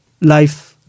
life